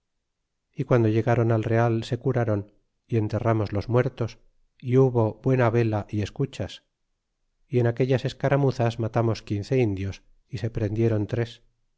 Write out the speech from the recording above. y guando llegron al real se curaron y enterramos los muertos é hubo buena vela y escuchas y en aquellas escaramuzas matamos quince indios y se prendieron tres